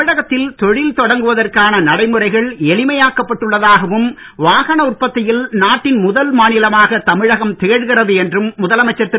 தமிழகத்தில் தொழில் தொடங்குவதற்கான நடைமுறைகள் எளிமையாக்கப் பட்டுள்ளதாகவும் வாகன உற்பத்தியில் நாட்டின் முதல் மாநிலமாக தமிழகம் திகழ்கிறது என்றும் முதலமைச்சர் திரு